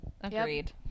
agreed